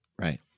right